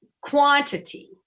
quantity